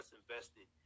invested